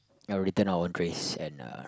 ya return our own trays and uh